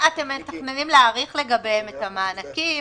אתם מתכננים להאריך לגביהם את המענקים?